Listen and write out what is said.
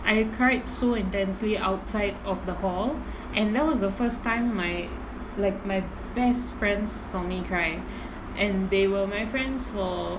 I cried so intensely outside of the hall and that was the first time my like my best friends saw me cry and they were my friends for